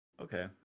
okay